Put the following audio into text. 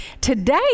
today